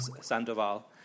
Sandoval